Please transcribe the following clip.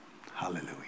hallelujah